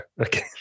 Okay